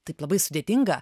taip labai sudėtinga